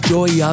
Joy